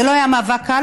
זה לא היה מאבק קל,